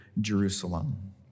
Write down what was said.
Jerusalem